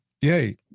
Yay